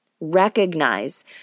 recognize